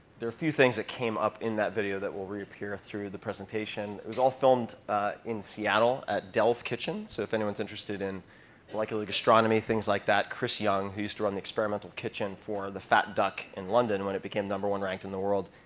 few things that came up in that video that will reappear through the presentation. it was all filmed in seattle, at delve kitchen. so if anyone's interested in molecular gastronomy, things like that, chris young, who used to run the experimental kitchen for the fat duck in london when it became number one ranked in the world,